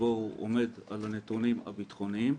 שבו הוא עומד על הנתונים הביטחוניים.